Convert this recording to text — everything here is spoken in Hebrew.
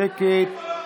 שקט,